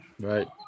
Right